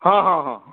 ହଁ ହଁ ହଁ